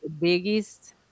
biggest